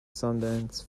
sundance